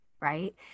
Right